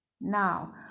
Now